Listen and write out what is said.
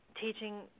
teaching